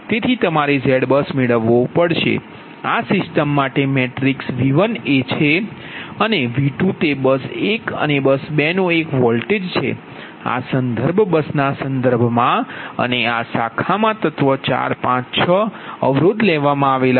તેથી તમારે ZBUS મેળવવો પડશે આ સિસ્ટમ માટે મેટ્રિક્સ કે V1 એ છે અને V2 તે બસ 1 બસ 2 નો એક વોલ્ટેજ છે આ સંદર્ભ બસના સંદર્ભમાં અને આ શાખા તત્વ 4 5 6 લેવામાં આવેલા છે